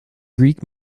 greek